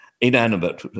inanimate